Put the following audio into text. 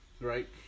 Right